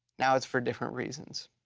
now it's for different reasons.